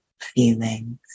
feelings